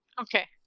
Okay